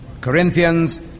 Corinthians